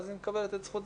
לא.